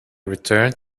returned